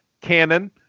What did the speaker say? canon